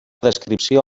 descripció